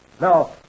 Now